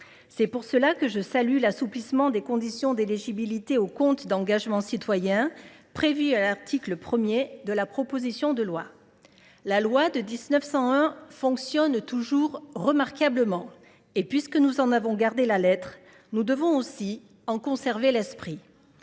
C’est pourquoi je salue l’assouplissement des conditions d’éligibilité au compte d’engagement citoyen prévu à l’article 1 de ce texte. La loi de 1901 fonctionne toujours remarquablement. Et, puisque nous en avons gardé la lettre, nous devons aussi en conserver l’esprit.